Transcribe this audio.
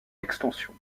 extension